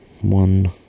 one